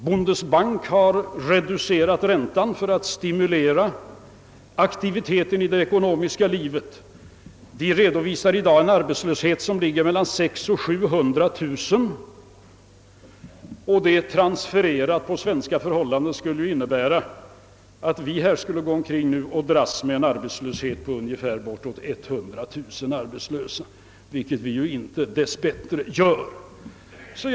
Bundesbank har reducerat räntan för att stimulera aktiviteten i det ekonomiska livet. Landet redovisar i dag en arbetslöshet på mellan 600 000 och 700000 människor. Transfererat på svenska förhållanden skulle det innebära att vi hade en arbetslöshet på ungefär 100 000, vilket vi dess bättre inte har.